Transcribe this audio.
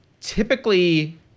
typically